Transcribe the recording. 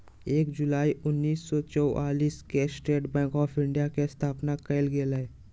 एक जुलाई उन्नीस सौ चौआलिस के स्टेट बैंक आफ़ इंडिया के स्थापना कइल गेलय